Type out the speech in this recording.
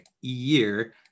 year